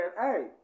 Hey